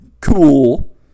cool